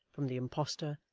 from the impostor,